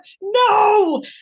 no